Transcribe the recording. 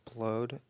upload